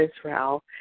Israel